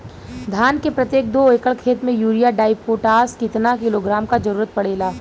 धान के प्रत्येक दो एकड़ खेत मे यूरिया डाईपोटाष कितना किलोग्राम क जरूरत पड़ेला?